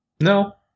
No